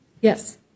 Yes